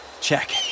Check